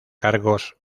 cargos